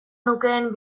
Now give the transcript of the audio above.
nukeen